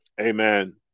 Amen